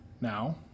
Now